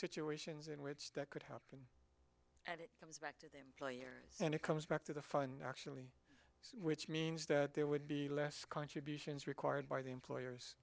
situations in which that could happen and it comes back to them and it comes back to the fine actually which means that there would be less contributions required by the employer